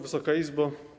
Wysoka Izbo!